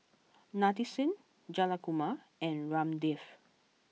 Nadesan Jayakumar and Ramdev